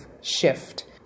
shift